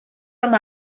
რომ